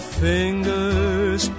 fingers